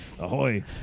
Ahoy